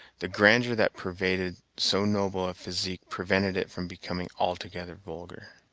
the grandeur that pervaded so noble a physique prevented it from becoming altogether vulgar.